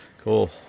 cool